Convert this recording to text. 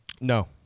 no